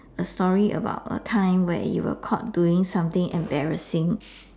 a story about a time when you were caught doing something embarrassing